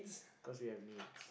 cause you have needs